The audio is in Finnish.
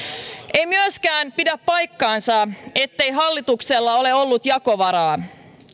ei myöskään pidä paikkaansa ettei hallituksella ole ollut jakovaraa